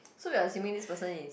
so we are assuming this person is